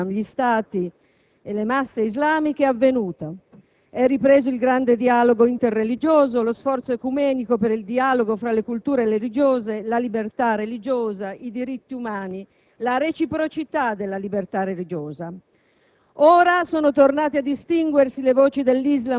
fatta dalle gerarchie cattoliche verso i credenti dell'Islam, gli Stati e le masse islamiche è avvenuto. È ripreso il grande dialogo interreligioso, lo sforzo ecumenico per il dialogo fra le culture religiose, la libertà religiosa, i diritti umani, la reciprocità della libertà religiosa.